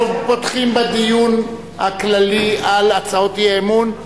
אנחנו פותחים בדיון הכללי על הצעות האי-אמון,